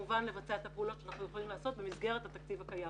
וכמובן לבצע את הפעולות שאנחנו יכולים לעשות במסגרת התקציב הקיים.